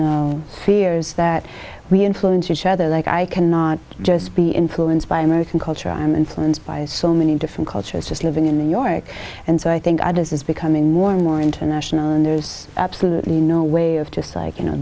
rs that we influence each other like i cannot just be influenced by american culture i'm influenced by so many different cultures just living in new york and so i think i does is becoming more and more international and there's absolutely no way of just like